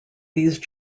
these